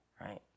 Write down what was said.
right